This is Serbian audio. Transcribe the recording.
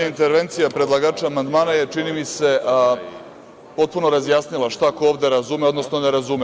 intervencija predlagača amandmana je, čini mi se, potpuno razjasnila šta ko ovde razume, odnosno ne razume.